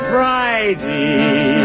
Friday